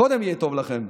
קודם יהיה טוב לכם,